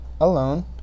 alone